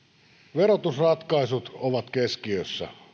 verotusratkaisut ovat keskiössä